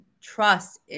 trust